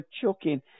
chucking